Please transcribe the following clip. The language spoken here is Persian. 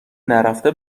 نرفته